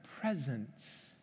presence